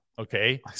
Okay